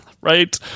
Right